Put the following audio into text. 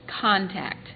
contact